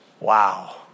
Wow